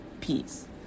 peace